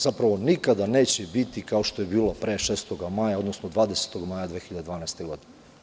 Zapravo, nikada neće biti kao što je bilo 6. maja, odnosno 20. maja 2012. godine.